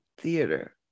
theater